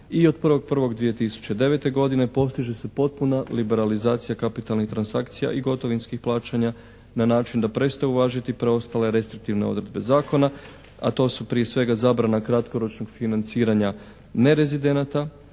I od 1.1.2009. godine postiže se potpuna liberalizacija kapitalnih transakcija i gotovinskih plaćanja na način da prestaju važiti preostale restriktivne odredbe zakona, a to su prije svega zabrana kratkoročnog financiranja nerezidenata,